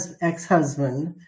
ex-husband